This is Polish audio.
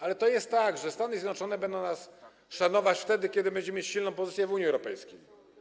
Ale to jest tak, że Stany Zjednoczone będą nas szanować wtedy, kiedy będziemy mieć silną pozycję w Unii Europejskiej.